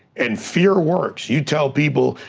and fear works. you tell people,